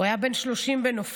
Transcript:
הוא היה בן 30 בנופלו.